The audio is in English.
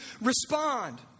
respond